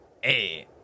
Hey